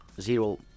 zero